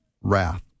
wrath